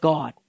God